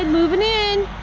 ah moving in.